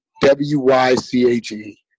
w-y-c-h-e